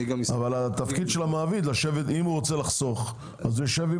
אבל אם המעביד רוצה לחסוך, הוא ישב עם